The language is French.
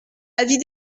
avis